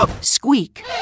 squeak